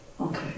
Okay